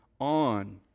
on